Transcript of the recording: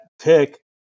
pick